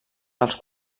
dels